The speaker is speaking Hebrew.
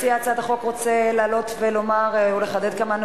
מציע הצעת החוק רוצה לעלות ולומר או לחדד כמה,